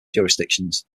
jurisdictions